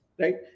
right